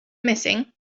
missing